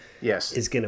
Yes